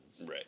Right